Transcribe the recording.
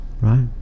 Right